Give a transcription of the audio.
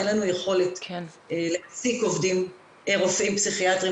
אין לנו יכולת להעסיק רופאים פסיכיאטריים